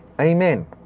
amen